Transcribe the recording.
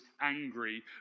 angry